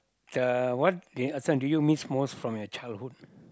the what uh this one do you miss most from your childhood